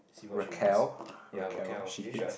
Raquel ppo Raquel she hates